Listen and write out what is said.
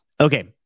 okay